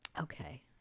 Okay